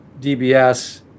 DBS